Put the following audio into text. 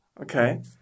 Okay